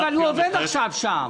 אבל הוא עובד עכשיו שם.